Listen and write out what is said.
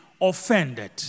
offended